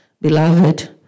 Beloved